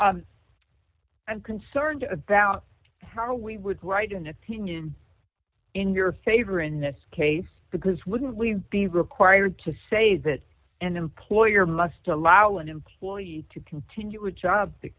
keenan i'm concerned about how we would write an opinion in your favor in this case because wouldn't we be required to say that an employer must allow an employee to continue with job that